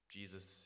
Jesus